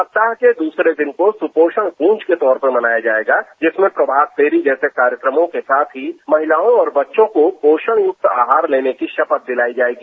सप्ताह के द्रसरे दिन को सुपोषण ग्रंज के तौर पर मनाया जायेगा जिसमें प्रभात फेरी जैसे कार्यक्रमों के साथ ही महिलाओं और बच्चों को पोषण युक्त आहार लेने की शपथ दिलायी जायेगी